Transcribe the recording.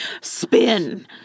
Spin